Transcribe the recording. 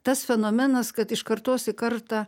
tas fenomenas kad iš kartos į kartą